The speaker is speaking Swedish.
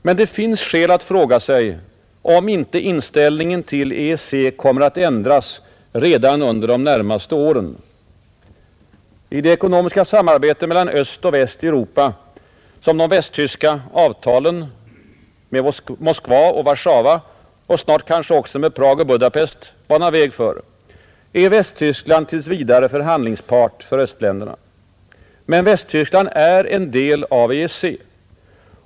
Men det finns skäl att fråga sig om inte inställningen till EEC kommer att ändras redan under de närmaste åren. I det ekonomiska samarbete mellan öst och väst i Europa, som de västtyska avtalen med Moskva och Warszawa och snart kanske också med Prag och Budapest banar väg för, är Västtyskland tills vidare förhandlingspart för östländerna, Men Västtyskland är en del av EEC.